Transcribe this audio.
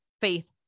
faith